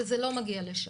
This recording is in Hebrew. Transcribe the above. וזה לא מגיע לשם.